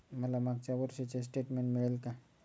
मला मागच्या वर्षीचे स्टेटमेंट मिळेल का?